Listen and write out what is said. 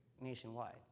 nationwide